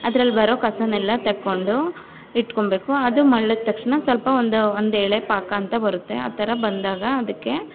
ಅದ್ರಲ್ಲಿ ಬರೋ ಕಸನೆಲ್ಲ ತಗೊಂಡು ಇಟ್ಕೊಳ್ಬೇಕು ಅದು ಮಳ್ಳಿದ ತಕ್ಷಣ ಸ್ವಲ್ಪ ಒಂದು ಒಂದು ಎಳೆ ಪಾಕ ಅಂತ ಬರುತ್ತೆ ಆ ಥರ ಬಂದಾಗ ಅದಕ್ಕೆ